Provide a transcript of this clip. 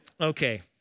Okay